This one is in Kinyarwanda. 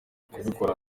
kubikora